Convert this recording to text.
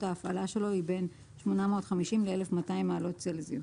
ההפעלה שלו היא בין 850 ל-1,200 מעלות צלזיוס.